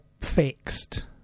fixed